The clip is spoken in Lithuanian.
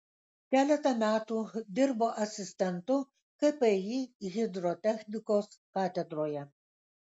keletą metų dirbo asistentu kpi hidrotechnikos katedroje